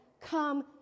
come